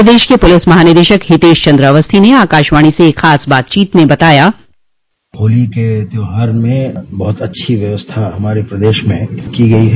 प्रदेश के पुलिस महानिदेशक हितेश चन्द्र अवस्थी ने आकाशवाणी से एक ख़ास बातचीत में बताया होती के त्योहार में बहुत अच्छी व्यवस्था हमारे प्रदेश में की गई है